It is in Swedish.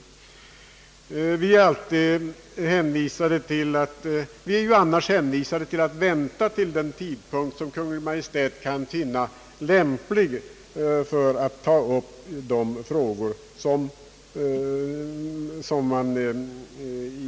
Vi är annars hänvisade till att vänta på den tidpunkt som Kungl. Maj:t kan finna lämplig för att ta upp dessa frågor.